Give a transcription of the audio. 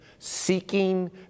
Seeking